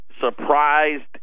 surprised